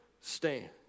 stand